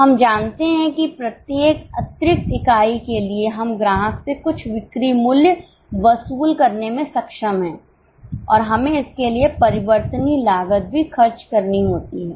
हम जानते हैं कि प्रत्येक अतिरिक्त इकाई के लिए हम ग्राहक से कुछ बिक्री मूल्य वसूल करने में सक्षम हैं और हमें इसके लिए परिवर्तनीय लागत भी खर्च करनी होती है